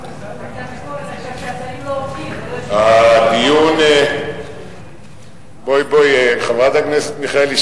להוכיח, בואי, בואי, חברת הכנסת מיכאלי.